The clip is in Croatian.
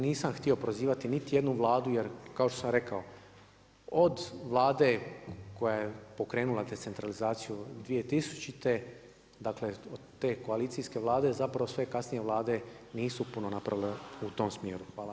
Nisam htio prozivati niti jednu Vladu jer kao što sam rekao, od Vlade koja je pokrenula decentralizaciju 2000. dakle od te koalicijske Vlade zapravo sve kasnije Vlade nisu puno napravile u tom smjeru.